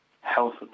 health